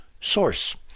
source